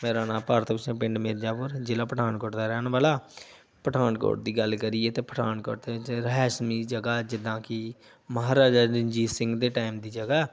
ਮੇਰਾ ਨਾਂ ਭਾਰਤ ਭੂਸ਼ਣ ਪਿੰਡ ਮਿਰਜਾਪੁਰ ਜ਼ਿਲ੍ਹਾ ਪਠਾਨਕੋਟ ਦਾ ਰਹਿਣ ਵਾਲਾ ਪਠਾਨਕੋਟ ਦੀ ਗੱਲ ਕਰੀਏ ਤਾਂ ਪਠਾਨਕੋਟ 'ਚ ਰਿਹਾਇਸ਼ ਲਈ ਜਗ੍ਹਾ ਜਿੱਦਾਂ ਕਿ ਮਹਾਰਾਜਾ ਰਣਜੀਤ ਸਿੰਘ ਦੇ ਟਾਇਮ ਦੀ ਜਗ੍ਹਾ